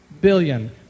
billion